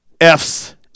F's